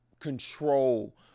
control